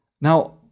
Now